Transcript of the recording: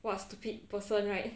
what a stupid person right